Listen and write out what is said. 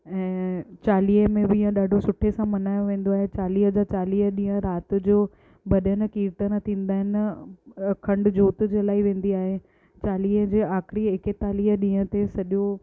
ऐं चालीहे में बि इहा ॾाढो सुठे सां मल्हायो वेंदो आहे चालीह जा चालीह ॾींहं राति जो भॼन कीर्तन थींदा आहिनि ऐं अखंड ज्योत जलाई वेंदी आहे चालीह जे आख़िरी एकतालीह ॾींहं ते सॼो